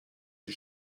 die